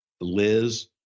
Liz